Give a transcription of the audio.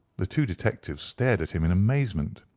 the two detectives stared at him in amazement.